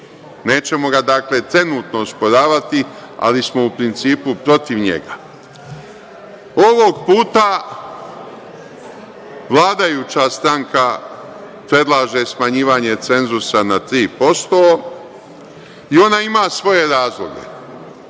Nećemo ga, dakle, trenutno osporavati, ali smo u principu protiv njega. Ovog puta vladajuća stranka predlaže smanjivanje cenzusa na 3% i ona ima svoje razloge.